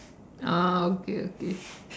ah okay okay